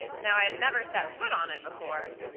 though i had never set foot on it before.